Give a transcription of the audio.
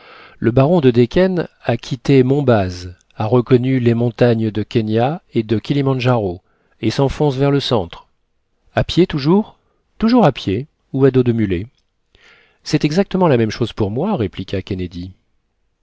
le baron de decken a quitté monbaz a reconnu les montagnes de kenia et de kilimandjaro et s'enfonce vers le centre a pied toujours toujours à pied ou à dos de mulet c'est exactement la même chose pour moi répliqua kennedy